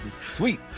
sweet